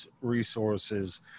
resources